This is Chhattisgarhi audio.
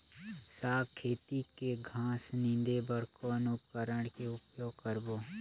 साग खेती के घास निंदे बर कौन उपकरण के उपयोग करबो?